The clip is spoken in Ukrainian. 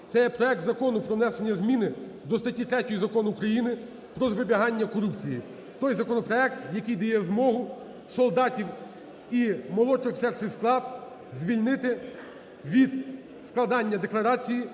це є проект Закону про внесення зміни до статті 3 Закону України "Про запобігання корупції". Той законопроект, який дає змогу солдатів і молодший офіцерський склад звільнити від складання декларації